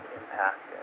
impact